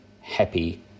happy